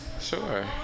Sure